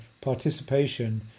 participation